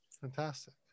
Fantastic